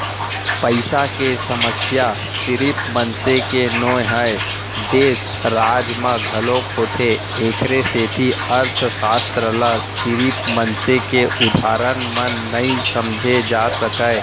पइसा के समस्या सिरिफ मनसे के नो हय, देस, राज म घलोक होथे एखरे सेती अर्थसास्त्र ल सिरिफ मनसे के उदाहरन म नइ समझे जा सकय